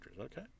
okay